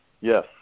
yes